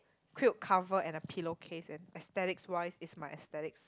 quilt cover and a pillow case and aesthetics wise is my aesthetics